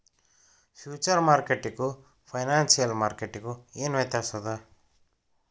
Future ಮಾರ್ಕೆಟಿಗೂ financial ಮಾರ್ಕೆಟಿಗೂ ಏನ್ ವ್ಯತ್ಯಾಸದ?